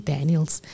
Daniels